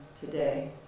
today